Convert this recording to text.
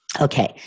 Okay